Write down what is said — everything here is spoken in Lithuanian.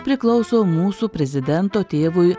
priklauso mūsų prezidento tėvui